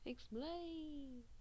Explain